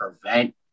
prevent